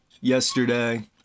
yesterday